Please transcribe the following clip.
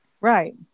Right